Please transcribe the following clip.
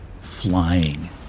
flying